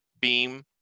beam